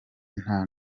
nta